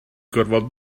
gorfod